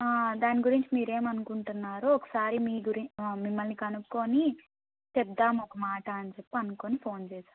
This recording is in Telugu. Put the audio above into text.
దాని గురించి మీరే ఏమని అనుకుంటున్నారో ఒకసారి మీ గురించి మిమ్మల్ని కనుకోని చెప్దాం ఒక మాట అని చెప్పి అనుకోని ఫోన్ చేశాను